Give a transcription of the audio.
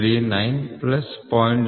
080 mm Hence shaft limit are as follows H